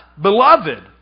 beloved